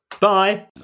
Bye